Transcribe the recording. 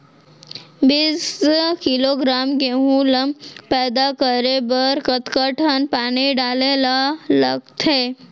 बीस किलोग्राम गेहूँ ल पैदा करे बर कतका टन पानी डाले ल लगथे?